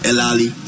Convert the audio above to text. Elali